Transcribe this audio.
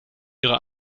ihre